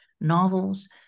novels